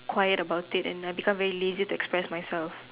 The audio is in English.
quiet about it and I become very lazy to express myself